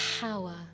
power